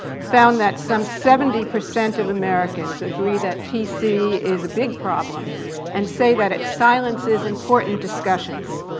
found that some seventy percent of americans agree that p c. is a big problem and say that it silences important discussions.